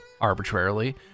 arbitrarily